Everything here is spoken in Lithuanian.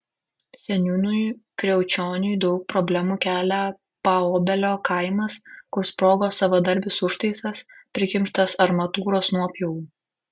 seniūnui kriaučioniui daug problemų kelia paobelio kaimas kur sprogo savadarbis užtaisas prikimštas armatūros nuopjovų